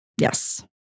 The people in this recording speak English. Yes